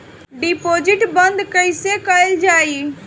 Deposit बंद कैसे कैल जाइ?